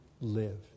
live